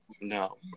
no